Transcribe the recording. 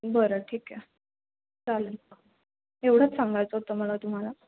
बरं ठीक आहे चालेल एवढंच सांगायचं होतं मला तुम्हाला